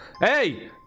Hey